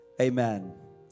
amen